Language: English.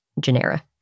genera